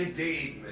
the